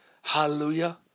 Hallelujah